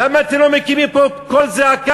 למה אתם לא מקימים פה קול זעקה?